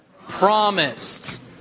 Promised